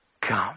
come